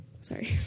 Sorry